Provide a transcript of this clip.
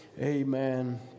amen